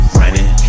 running